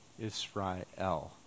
Isra'el